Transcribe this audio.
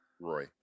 Roy